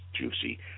juicy